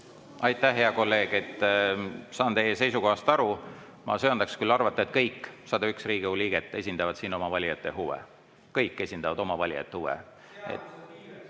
Aitäh, hea kolleeg! Saan teie seisukohast aru. Ma söandaks küll arvata, et kõik 101 Riigikogu liiget esindavad siin oma valijate huve. Kõik esindavad oma valijate huve.